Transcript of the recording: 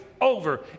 over